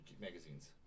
magazines